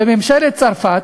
בממשלת צרפת,